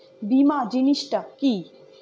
বীমা জিনিস টা কি?